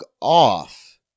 off